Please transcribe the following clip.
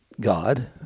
God